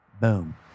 Boom